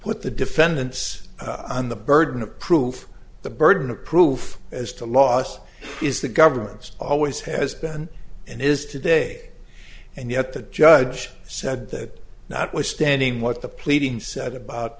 put the defendants on the burden of proof the burden of proof as to loss is the government's always has been and is today and yet the judge said that notwithstanding what the pleading said about